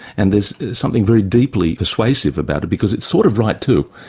and there's something very deeply persuasive about it, because it's sort of right, too.